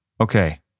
Okay